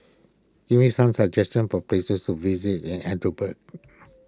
give me some suggestions for places to visit in Edinburgh